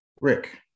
Rick